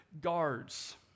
guards